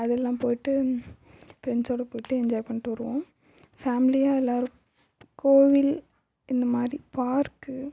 அதெல்லாம் போயிட்டு ஃப்ரெண்ட்ஸோடய போயிட்டு என்ஜாய் பண்ணிட்டு வருவோம் ஃபேமிலியாக எல்லோரும் கோவில் இந்த மாதிரி பார்க்கு